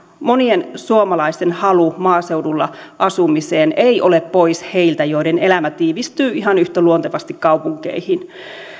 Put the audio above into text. monien suomalaisten halu maaseudulla asumiseen ei ole pois heiltä joiden elämä tiivistyy ihan yhtä luontevasti kaupunkeihin